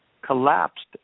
collapsed